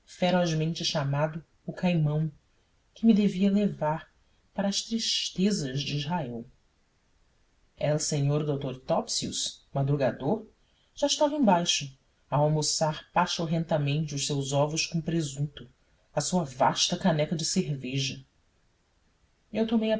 ferozmente chamado o caimão que me devia levar para as tristezas de israel el seor d topsius madrugador já estava embaixo a almoçar pachorrentamente os seus ovos com presunto a sua vasta caneca de cerveja eu tomei